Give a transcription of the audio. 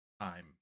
time